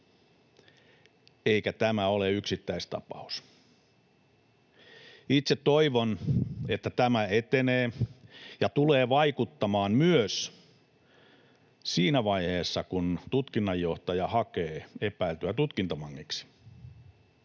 Eikä tämä ole yksittäistapaus. Itse toivon, että tämä etenee ja tulee vaikuttamaan myös siinä vaiheessa, kun tutkinnanjohtaja hakee epäiltyä tutkintavangiksi.